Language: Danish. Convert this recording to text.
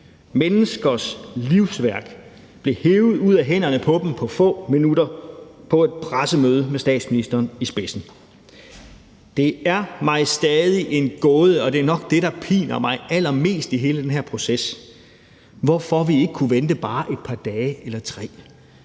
Menneskers livsværk blev hevet ud af hænderne på dem på få minutter på et pressemøde med statsministeren i spidsen. Det er mig stadig en gåde, og det er nok det, der piner mig allermest i hele den her proces, hvorfor vi ikke kunne vente bare et par dage eller tre.